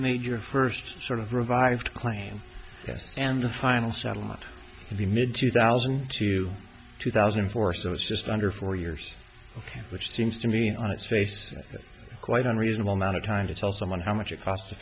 made your first sort of revived claim yes and the final settlement in the mid two thousand to two thousand and four so it's just under four years which seems to me on its face quite unreasonable amount of time to tell someone how much it costs to